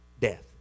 death